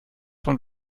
von